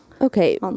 Okay